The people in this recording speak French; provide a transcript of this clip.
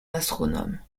astronome